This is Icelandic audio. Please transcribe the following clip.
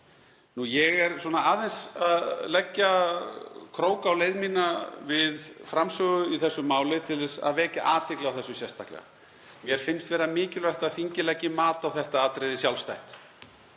Ég er aðeins að leggja krók á leið mína við framsögu í þessu máli til að vekja athygli á þessu sérstaklega. Mér finnst mikilvægt að þingið leggi mat á þetta atriði sjálfstætt.